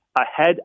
ahead